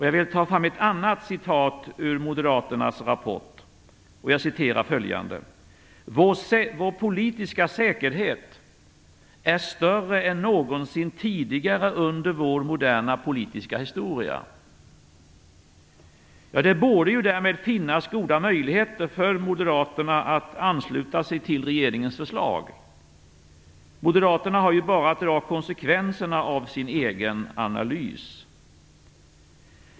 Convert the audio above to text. Jag vill ta fram också ett annat citat ur Moderaternas rapport: "Vår politiska säkerhet är större än någonsin tidigare under vår moderna politiska historia." Det borde därmed finnas goda möjligheter för Moderaterna att ansluta sig till regeringens förslag. Moderaterna har ju bara att dra konsekvenserna av sin egen analys.